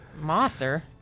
Moser